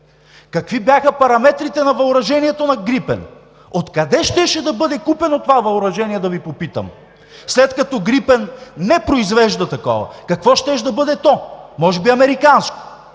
Какви бяха параметрите на въоръжението на „Грипен“? Откъде щеше да бъде купено това въоръжение, да Ви попитам, след като „Грипен“ не произвежда такова? Какво щеше да бъде то – може би американско?